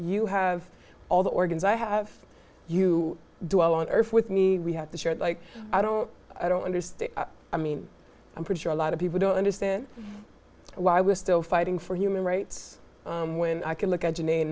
you have all the organs i have you do on earth with me we have to share it like i don't i don't understand i mean i'm pretty sure a lot of people don't understand why we're still fighting for human rights when i can look